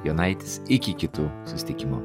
jonaitis iki kitų susitikimų